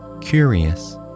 curious